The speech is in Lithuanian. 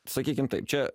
sakykim taip čia